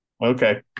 Okay